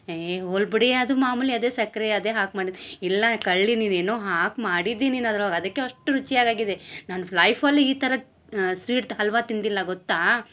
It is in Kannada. ಏ ಹೋಲ್ ಬಿಡಿ ಅದು ಮಾಮೂಲಿ ಅದೆ ಸಕ್ಕರೆ ಅದೆ ಹಾಕಿ ಮಾಡಿದ್ದು ಇಲ್ಲಾ ಕಳ್ಳಿ ನೀನು ಏನೋ ಹಾಕಿ ಮಾಡಿದ್ದಿ ನೀನು ಅದ್ರೋಗ ಅದಕ್ಕೆ ಅಷ್ಟು ರುಚಿ ಅದಾಗಿದೆ ನನ್ನ ಲೈಫಲ್ಲಿ ಈ ಥರ ಸ್ವೀಟ್ತ್ ಹಲ್ವ ತಿಂದಿಲ್ಲ ಗೊತ್ತಾ